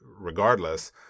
Regardless